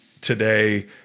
today